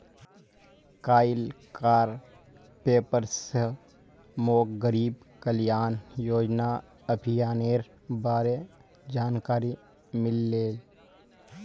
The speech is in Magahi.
कइल कार पेपर स मोक गरीब कल्याण योजना अभियानेर बारे जानकारी मिलले